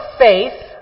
faith